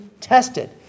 tested